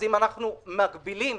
אם אנחנו מגבילים,